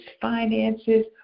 finances